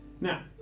Now